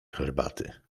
herbaty